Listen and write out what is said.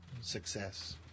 success